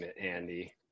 andy